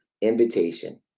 invitation